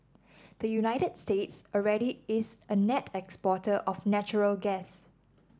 the United States already is a net exporter of natural gas